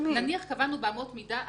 נניח שקבענו באמות המידה שא',ב',ג'